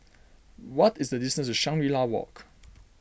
what is the distance to Shangri La Walk